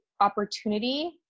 opportunity